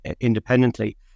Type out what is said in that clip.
independently